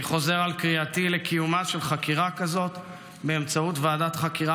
אני חוזר על קריאתי לקיומה של חקירה כזאת באמצעות ועדת חקירה